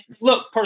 look